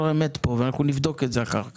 אמת פה ואנחנו נבדוק את זה אחר כך.